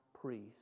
priest